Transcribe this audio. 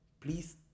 Please